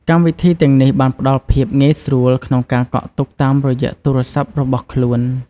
កម្មវិធីទាំងនេះផ្តល់ភាពងាយស្រួលក្នុងការកក់ទុកតាមរយៈទូរស័ព្ទរបស់ខ្លួន។